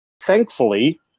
thankfully